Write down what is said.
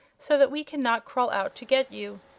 so that we can not crawl out to get you.